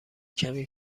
کمی